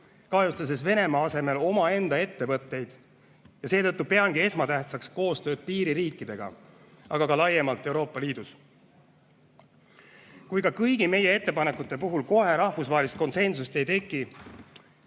kahjustades Venemaa asemel omaenda ettevõtteid. Seetõttu peangi esmatähtsaks koostööd piiririikidega, aga ka laiemalt Euroopa Liidus. Kui ka kõigi meie ettepanekute puhul kohe rahvusvahelist konsensust ei teki,